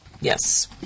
Yes